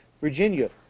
Virginia